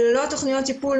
וללא התוכניות טיפול,